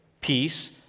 peace